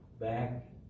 back